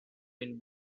been